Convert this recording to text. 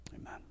Amen